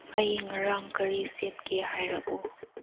ꯑꯩ ꯉꯔꯥꯡ ꯀꯔꯤ ꯁꯦꯠꯀꯦ ꯍꯥꯏꯔꯛꯎ